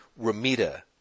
Ramita